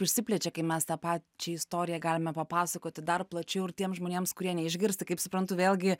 išsiplečia kai mes tą pačia istoriją galime papasakoti dar plačiau ir tiems žmonėms kurie neišgirsta kaip suprantu vėlgi